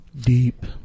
Deep